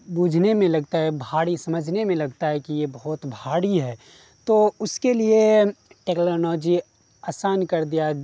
بوجھنے میں لگتا ہے بھاری سمجھنے میں لگتا ہے کہ یہ بہت بھاری ہے تو اس کے لیے ٹیکلانوجی آسان کر دیا